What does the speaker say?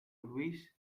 luis